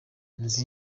nzi